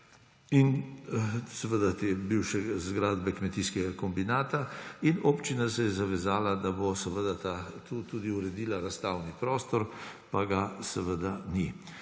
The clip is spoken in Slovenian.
in te bivše zgradbe kmetijskega kombinata in občina se je zavezala, da bo tudi uredila razstavni prostor, pa ga seveda ni.